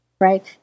right